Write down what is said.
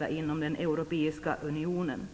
ha inom den europeiska unionen.